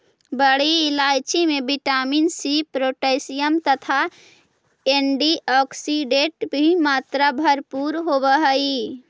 बड़ी इलायची में विटामिन सी पोटैशियम तथा एंटीऑक्सीडेंट की मात्रा भरपूर होवअ हई